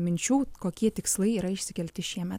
minčių kokie tikslai yra išsikelti šiemet